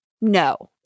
no